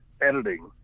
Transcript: editing